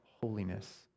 holiness